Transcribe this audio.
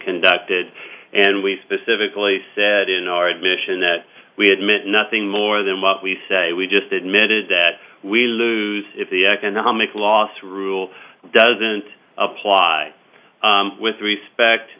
conducted and we specifically said in our admission that we had meant nothing more than what we say we just admitted that we lose if the economic loss rule doesn't apply with respect